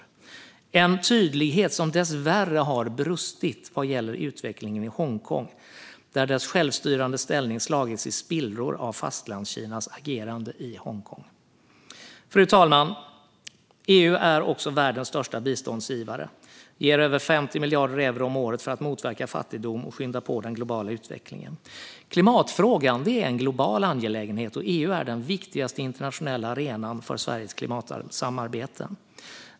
Denna tydlighet har dessvärre brustit vad gäller utvecklingen i Hongkong, där dess självstyrande ställning slagits i spillror av Fastlandskinas agerande i Hongkong. Fru talman! EU är också världens största biståndsgivare och ger över 50 miljarder euro om året för att motverka fattigdom och skynda på den globala utvecklingen. Klimatfrågan är en global angelägenhet, och EU är den viktigaste internationella arenan för Sveriges klimatsamarbeten.